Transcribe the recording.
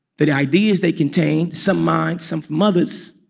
the ideas they contain, some mine, some from others,